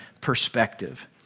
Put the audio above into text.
perspective